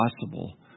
possible